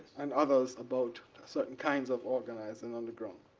and others about certain kinds of organize and underground